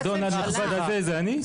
ממשלה --- האדון הנכבד הזה זה אני?